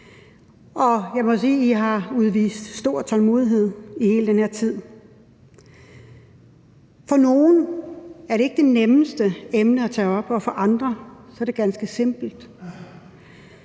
og jeg må sige, at I har udvist stor tålmodighed i hele den her tid. For nogle er det ikke det nemmeste emne at tage op, og for andre er det ganske simpelt.